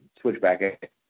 Switchback